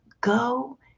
go